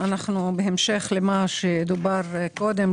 בהמשך למה שדובר קודם,